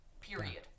Period